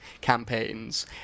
campaigns